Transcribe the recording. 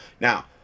Now